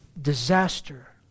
Disaster